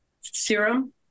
serum